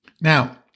Now